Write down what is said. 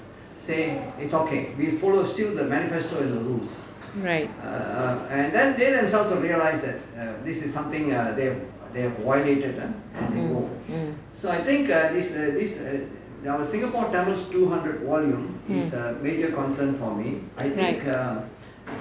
right mm mm mm right